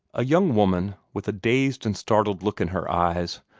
a young woman, with a dazed and startled look in her eyes,